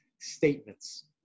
statements